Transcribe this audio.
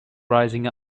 rising